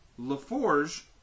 LaForge